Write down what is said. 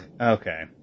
Okay